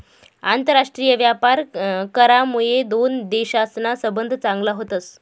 आंतरराष्ट्रीय व्यापार करामुये दोन देशसना संबंध चांगला व्हतस